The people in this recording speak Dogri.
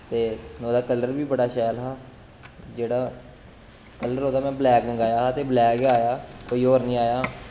ते ओह्दा कलर बी बड़ा शैल हा जेह्ड़ा कलर ओह्दा में ब्लैक मंगाया हा ते ब्लैक गै आया कोई होर निं आया